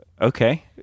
okay